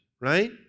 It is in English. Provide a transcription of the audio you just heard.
Right